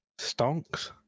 Stonks